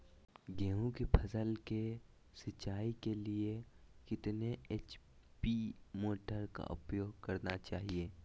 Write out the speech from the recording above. गेंहू की फसल के सिंचाई के लिए कितने एच.पी मोटर का उपयोग करना चाहिए?